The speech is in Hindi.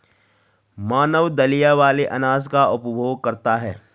मानव दलिया वाले अनाज का उपभोग करता है